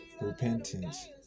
Repentance